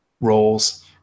roles